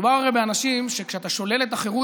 מדובר הרי באנשים שכשאתה שולל את החירות,